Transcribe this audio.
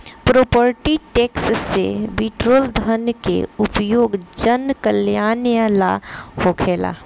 property tax से बिटोरल धन के उपयोग जनकल्यान ला होखेला